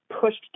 pushed